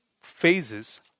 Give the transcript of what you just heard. phases